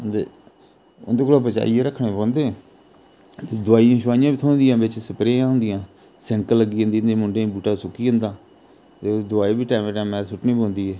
उं'दे उं'दे कोला बचाइयै रक्खने पौंदे ते दवाइयां शबाइयां बी थ्होंदियां बिच्च स्प्रियां होंदियां सिनक लग्गी जंदी उं'दे मुंढें गी बूहटा सुक्की जंदा ते ओह्दी दवाई बी टैमे टैमे उप्पर सुट्टनी पौंदी ऐ